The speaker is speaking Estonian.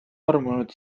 armunud